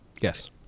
Yes